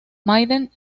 maiden